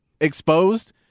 exposed